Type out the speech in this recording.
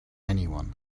anyone